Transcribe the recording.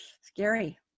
Scary